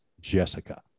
Jessica